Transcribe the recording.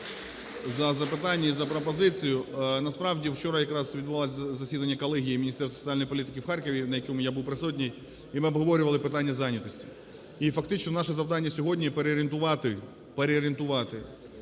за запитання і за пропозицію. Насправді, вчора якраз відбувалося засідання колегії Міністерства соціальної політики в Харкові, на якому я був присутній, і ми обговорювали питання зайнятості. І є фактично наше завдання сьогодні – переорієнтувати